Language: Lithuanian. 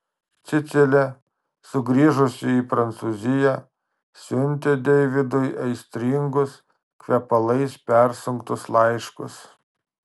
cecilė sugrįžusi į prancūziją siuntė deividui aistringus kvepalais persunktus laiškus